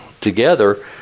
together